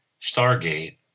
Stargate